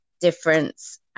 difference